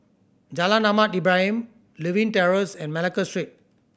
Jalan Ahmad Ibrahim Lewin Terrace and Malacca Street